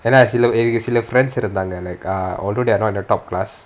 சில எனக்கு சில:sila ennaku sila friends இருந்தாங்க:irunthanga ah although they are not in the top class